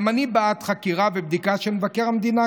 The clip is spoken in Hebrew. גם אני בעד חקירה ובדיקה של מבקר המדינה,